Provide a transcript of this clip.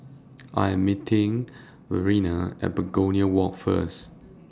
I Am meeting Verena At Begonia Walk First